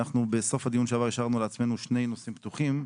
אנחנו בסוף הדיון שעבר השארנו לעצמנו שני נושאים פתוחים,